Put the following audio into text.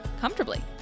comfortably